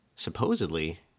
supposedly